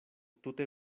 tute